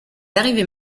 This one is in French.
arrivées